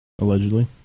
Allegedly